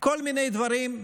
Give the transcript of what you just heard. כל מיני דברים, אגב,